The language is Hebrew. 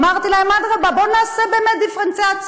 אמרתי להם: אדרבה, בואו נעשה באמת דיפרנציאציה,